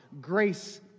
Grace